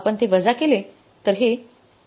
आपण ते वजा केले